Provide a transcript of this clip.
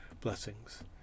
blessings